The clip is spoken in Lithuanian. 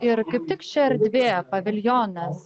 ir kaip tik ši erdvė paviljonas